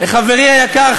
לחברי היקר,